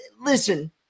Listen